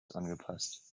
angepasst